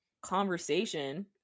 conversation